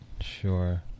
sure